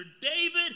David